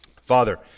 Father